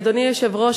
אדוני היושב-ראש,